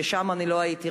ושם אני לא הייתי,